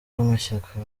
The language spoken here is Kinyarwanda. b’amashyaka